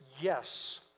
yes